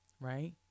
right